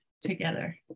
together